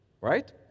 Right